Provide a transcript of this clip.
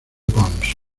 pons